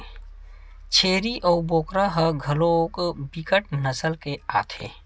छेरीय अऊ बोकरा ह घलोक बिकट नसल के आथे